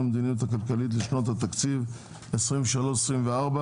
המדיניות הכלכלית לשנות התקציב 2023 ו-2024),